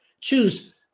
Choose